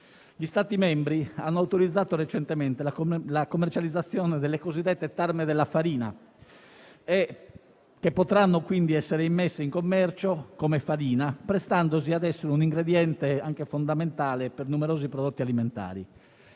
Gli Stati membri hanno autorizzato recentemente la commercializzazione delle cosiddette tarme della farina, che potranno quindi essere immesse in commercio come farina, prestandosi adesso in un ingrediente fondamentale per numerosi prodotti alimentari.